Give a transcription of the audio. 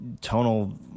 tonal